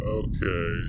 okay